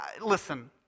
listen